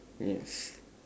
yes